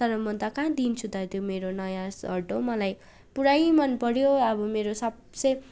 तर म त कहाँ दिन्छु त त्यो मेरो नयाँ सर्ट हो मलाई पुरै मनपऱ्यो अब मेरो सबसे